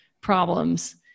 problems